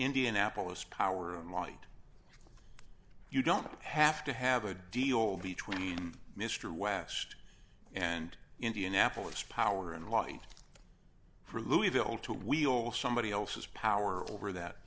indianapolis power and light you don't have to have a deal between mr west and indianapolis power and light for louisville to wheel somebody else's power over that